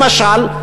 למשל,